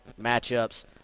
matchups